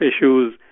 issues